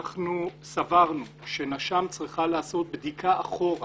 סברנו שנש"מ צריכה לעשות בדיקה אחורה